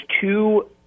two